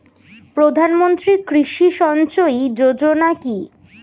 প্রধানমন্ত্রী কৃষি সিঞ্চয়ী যোজনা কি?